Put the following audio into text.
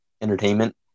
entertainment